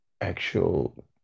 actual